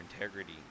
integrity